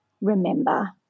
remember